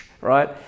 right